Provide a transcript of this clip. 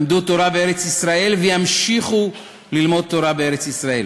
למדו תורה בארץ-ישראל וימשיכו ללמוד תורה בארץ-ישראל.